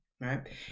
Right